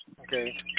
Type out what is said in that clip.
Okay